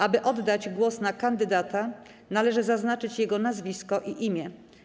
Aby oddać głos na kandydata, należy zaznaczyć jego nazwisko i imię.